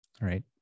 right